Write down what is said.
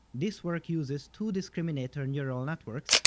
this work uses two discriminator neural networks,